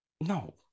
No